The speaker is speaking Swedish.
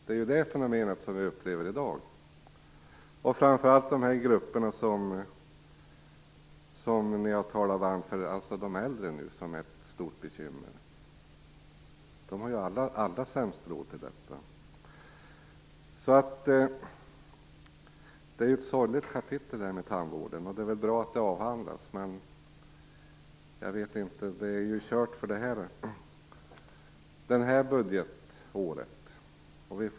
Det är det fenomenet vi upplever i dag. Detta gäller framför allt den grupp man har talat varmt för här, dvs. de äldre. För dem är detta ett stort bekymmer, och de har allra sämst råd till tandvård. Tandvården är alltså ett sorgligt kapitel. Det är bra att den avhandlas, men det är väl kört för det här budgetåret.